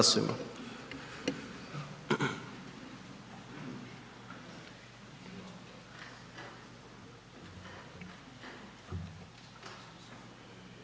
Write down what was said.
Hvala vam.